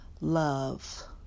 love